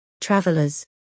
travelers